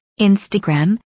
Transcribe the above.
Instagram